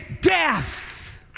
death